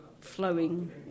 flowing